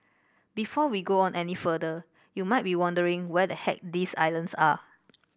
before we go on any further you might be wondering where the heck these islands are